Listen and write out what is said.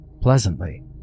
pleasantly